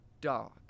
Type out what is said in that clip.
dog